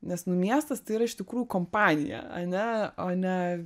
nes nu miestas tai yra iš tikrųjų kompanija ane o ne